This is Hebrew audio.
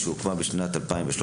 שהוקמה בשנת 2013,